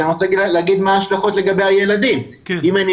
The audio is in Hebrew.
עכשיו אני רוצה להגיד מהן ההשלכות לגבי הילדים.